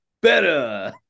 better